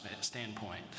standpoint